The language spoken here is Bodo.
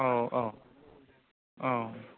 औ औ औ